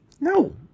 No